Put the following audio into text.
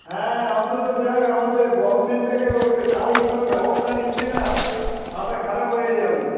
হ্যাঁ অন্তত যা হোক আমাদের গভমেন্ট থেকে ওকে ট্রাই কোনো ব্যবস্থা নিচ্ছে না মাথা খারাপ হয়ে যাবে